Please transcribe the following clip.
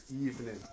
evening